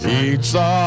Pizza